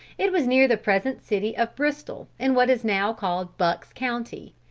it was near the present city of bristol, in what is now called buck's county.